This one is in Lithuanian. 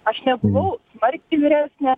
aš nebuvau smarkiai vyresnė